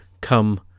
come